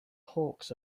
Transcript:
hawks